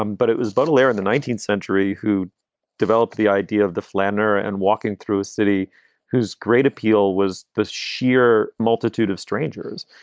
um but it was buttler in the nineteenth century who developed the idea of the flaneur and walking through a city whose great appeal was the sheer multitude of strangers.